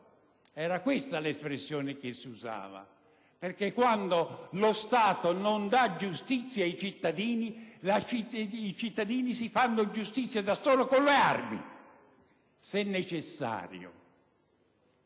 Era questa l'espressione che si usava, perché, quando lo Stato non dà giustizia ai cittadini, questi ultimi si fanno giustizia da soli, con le armi, se necessario.